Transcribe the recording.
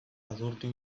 adurti